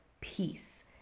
peace